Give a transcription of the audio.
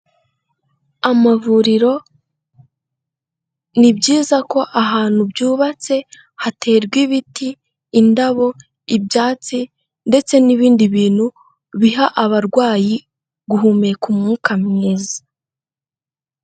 Amavuriro ni byiza ko ahantu byubatse haterwa ibiti, indabo ibyatsi, ndetse n'ibindi bintu biha abarwayi guhumeka umwuka mwiza.